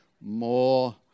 more